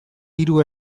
hiru